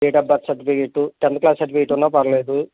date of birth certificate tenth class certificate ఉన్నా పర్వాలేదు